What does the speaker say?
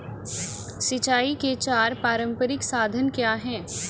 सिंचाई के चार पारंपरिक साधन क्या हैं?